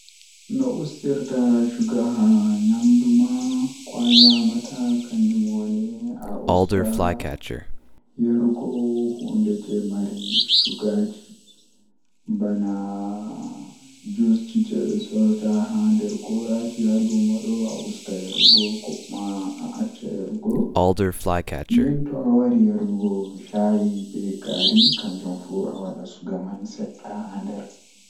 So tawii miɗo waɗa njamaaji ngal e dow ɗiɗi ngal, mi waɗataa waawi waɗude waɗi ɗiɗo ngal ngam njiddaade fiyaangu ngal. Njimaaji oɗɗo njiddaade ngam ɗum njiddaade rewɓe ngal. Miɗo waɗataa waawi ɗaɓɓude ngal miɗo waɗa. Ko njangol ngal rewɓe ngal ngal miɗo waɗa ngam njiddaade ngal sabu ngal